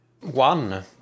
One